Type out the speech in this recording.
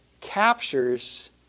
captures